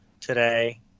today